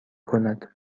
کند